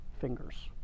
fingers